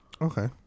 Okay